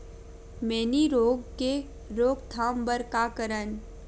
मैनी रोग के रोक थाम बर का करन?